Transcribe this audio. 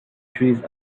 trees